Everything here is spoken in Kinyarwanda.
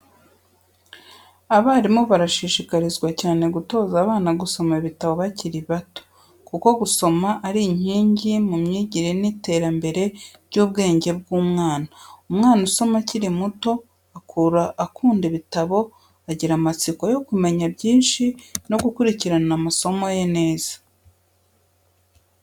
Abarimu barashishikarizwa cyane gutoza abana gusoma ibitabo bakiri bato, kuko gusoma ari inkingi mu myigire n’iterambere ry’ubwenge bw’umwana. Umwana usoma akiri muto akura akunda ibitabo, agira amatsiko yo kumenya byinshi no gukurikirana amasomo ye neza.